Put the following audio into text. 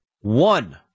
one